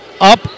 Up